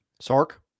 Sark